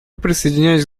присоединяюсь